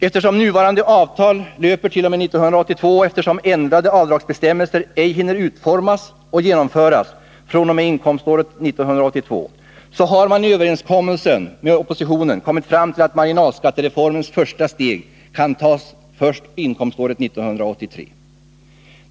Eftersom nuvarande avtal löper t.o.m. 1982 och eftersom ändrade avdragsbestämmelser ej hinner utformas och genomföras fr.o.m. inkomst året 1982, så har man i överenskommelsen med oppositionen kommit fram till att marginalskattereformens första steg kan tas först inkomståret 1983.